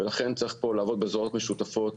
ולכן צריך פה לעבוד בזרועות משותפות.